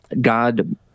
God